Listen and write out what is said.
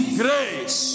grace